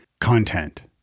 content